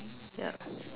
ya